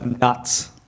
nuts